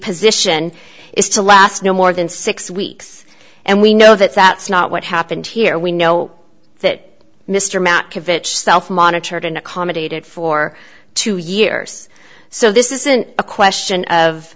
position is to last no more than six weeks and we know that that's not what happened here we know that mr matt kibbe it self monitored and accommodated for two years so this isn't a question of